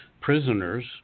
Prisoners